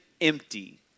empty